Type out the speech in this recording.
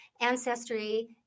ancestry